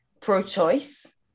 pro-choice